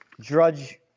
Drudge